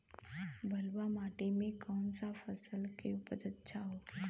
बलुआ मिट्टी में कौन सा फसल के उपज अच्छा होखी?